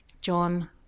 John